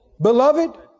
Beloved